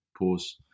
Pause